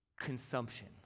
consumption